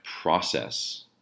process